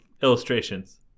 illustrations